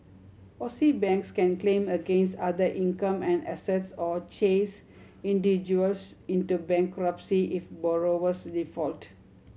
Aussie banks can claim against other income and assets or chase individuals into bankruptcy if borrowers default